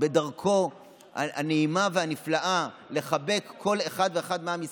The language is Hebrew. בדרכו הנעימה והנפלאה לחבק כל אחד ואחת מעם ישראל,